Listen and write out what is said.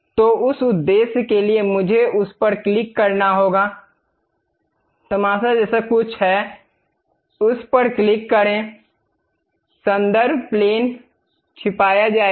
तो उस उद्देश्य के लिए मुझे उस पर क्लिक करना होगा तमाशा जैसा कुछ है उस पर क्लिक करें संदर्भ प्लेन छिपाया जाएगा